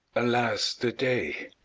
alas the day!